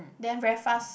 then very fast